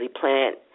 plant